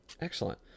Excellent